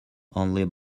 only